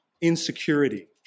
insecurity